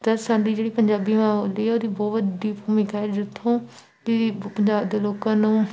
ਜਾਂ ਸਾਡੀ ਜਿਹੜੀ ਪੰਜਾਬੀ ਮਾਂ ਬੋਲੀ ਆ ਉਹਦੀ ਬਹੁਤ ਵੱਡੀ ਭੂਮਿਕਾ ਆ ਜਿੱਥੋਂ ਕਿ ਪੰਜਾਬ ਦੇ ਲੋਕਾਂ ਨੂੰ